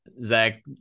Zach